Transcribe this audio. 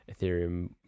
Ethereum